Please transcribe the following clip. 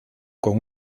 con